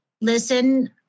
listen